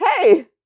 Hey